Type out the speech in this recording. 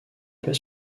pas